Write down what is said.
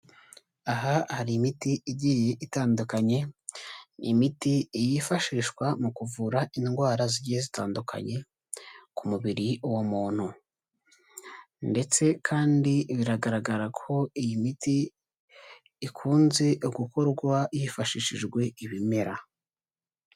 Aha hari imiti igiye itandukanye, imiti yifashishwa mu kuvura indwara zigiye zitandukanye. Ku mubiri w'umuntu. Ndetse kandi biragaragara ko iyi miti, ikunze gukorwa hifashishijwe ibimera.